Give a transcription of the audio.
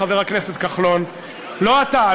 חבר הכנסת כחלון; לא אתה.